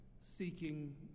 seeking